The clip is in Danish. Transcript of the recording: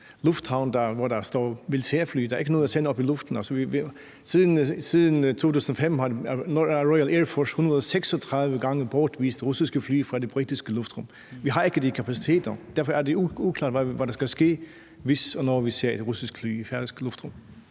lufthavn, hvor der står militærfly – der er ikke noget at sende op i luften. Siden 2005 har Royal Air Force 136 gange bortvist russiske fly fra det britiske luftrum. Vi har ikke de kapaciteter. Derfor er det uklart, hvad der skal ske, hvis og når vi ser et russisk fly i færøsk luftrum.